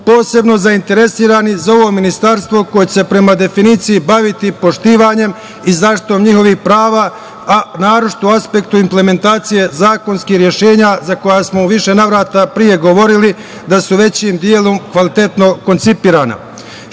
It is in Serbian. posebno zainteresovani za ovo ministarstvo koje će se prema definiciji baviti poštovanjem i zaštitom njihovih prava, a naročito u aspektu implementacije zakonskih rešenja za koja smo u više navrata pre govorili da su većim delom kvalitetno koncipirana. Što